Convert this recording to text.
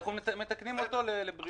אנחנו מתקנים אותו לבריאות.